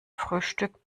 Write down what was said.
frühstück